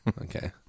okay